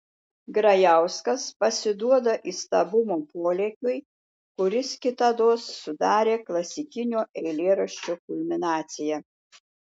grajauskas pasiduoda įstabumo polėkiui kuris kitados sudarė klasikinio eilėraščio kulminaciją